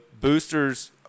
boosters